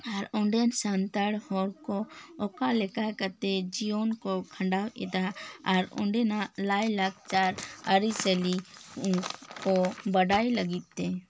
ᱟᱨ ᱚᱸᱰᱮᱱ ᱥᱟᱱᱛᱟᱲ ᱦᱚᱲ ᱠᱚ ᱚᱠᱟ ᱞᱮᱠᱟ ᱠᱟᱛᱮᱫ ᱡᱤᱭᱚᱱ ᱠᱚ ᱠᱷᱟᱸᱰᱟᱣᱮᱫᱟ ᱟᱨ ᱚᱸᱰᱮᱱᱟᱜ ᱞᱟᱭ ᱞᱟᱠᱪᱟᱨ ᱟᱹᱨᱤᱪᱟᱹᱞᱤ ᱠᱚ ᱵᱟᱰᱟᱭ ᱞᱟᱹᱜᱤᱫᱛᱮ